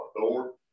door